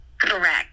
Correct